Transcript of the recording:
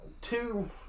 two